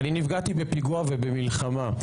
אני נפגעתי בפיגוע ובמלחמה.